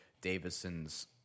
Davison's